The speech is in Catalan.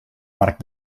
marc